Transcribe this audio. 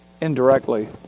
indirectly